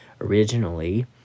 originally